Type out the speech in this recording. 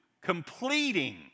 completing